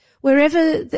Wherever